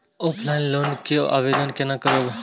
Offline loan के आवेदन केना करब?